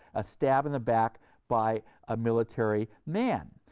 a stab in the back by a military man.